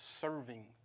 serving